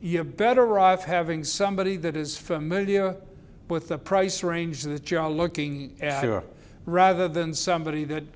you're better off having somebody that is familiar with the price range that john looking after rather than somebody that